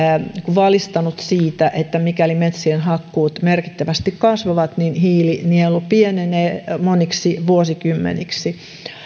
siitä että mikäli metsien hakkuut merkittävästi kasvavat niin hiilinielu pienenee moniksi vuosikymmeniksi